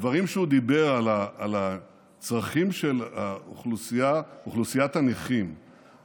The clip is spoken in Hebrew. הדברים שהוא דיבר על הצרכים של אוכלוסיית הנכים,